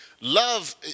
Love